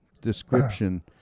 description